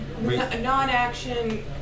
Non-action